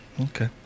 okay